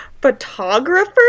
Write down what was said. photographer